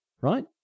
right